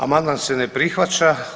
Amandman se ne prihvaća.